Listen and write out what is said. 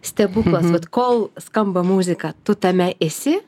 stebuklas vat kol skamba muzika tu tame esi